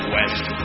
West